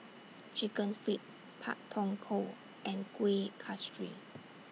Chicken Feet Pak Thong Ko and Kueh Kasturi